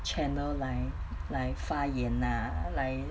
channel 来来发言 ah 来